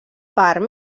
part